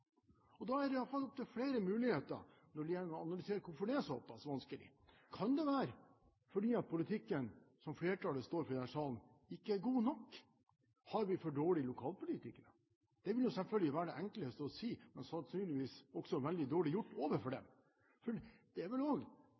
budsjettet. Da er det i hvert fall opp til flere muligheter når det gjelder å analysere hvorfor det er såpass vanskelig. Kan det være fordi politikken som flertallet i denne salen står for, ikke er god nok? Har vi for dårlige lokalpolitikere? Det ville selvfølgelig være det enkleste å si, men sannsynligvis også veldig dårlig gjort overfor dem. For det er vel